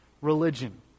religion